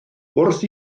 wrth